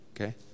okay